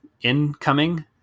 incoming